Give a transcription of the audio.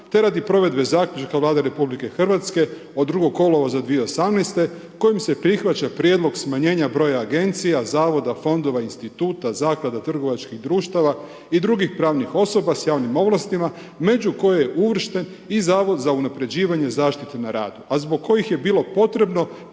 te radi provedbe zaključka vlade RH, od 2. kolovoza 2018. kojim se prihvaća prijedlog smanjenja broja agencija, zavoda, fondova, instituta, zaklada, trgovačkih društava i drugih pravnih osoba s javnim ovlastima među koje je izvješten i zavod za unapređivanje zaštite na radu. A zbog kojih je bilo potrebno